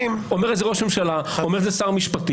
אומר את זה ראש הממשלה, אומר את זה שר המשפטים.